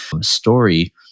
story